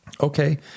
Okay